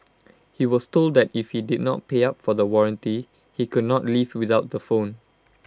he was told that if he did not pay up for the warranty he could not leave without the phone